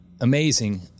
Amazing